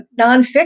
nonfiction